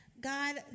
God